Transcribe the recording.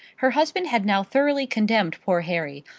her husband had now thoroughly condemned poor harry,